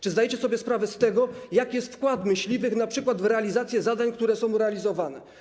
Czy zdajecie sobie sprawę z tego, jaki jest wkład myśliwych np. w realizację zadań, które są realizowane?